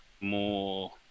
more